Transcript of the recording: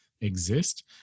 exist